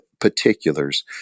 particulars